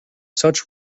such